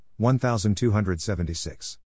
1276